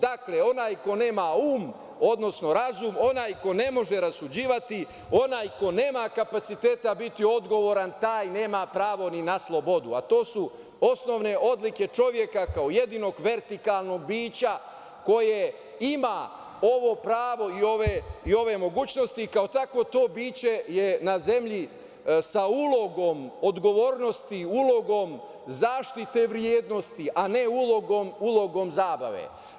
Dakle, onaj ko nema um, odnosno razum, onaj ko ne može rasuđivati, onaj ko nema kapaciteta biti odgovoran, taj nema pravo ni na slobodu, a to su osnovne odlike čoveka kao jedinog vertikalnog bića koje ima ovo pravo i ove mogućnosti i kao takvo to biće je na zemlji sa ulogom odgovornosti, ulogom zaštite vrednosti, a ne ulogom zabave.